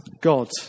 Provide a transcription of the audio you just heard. God